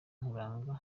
nkuranga